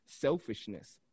selfishness